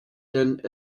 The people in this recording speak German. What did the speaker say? denn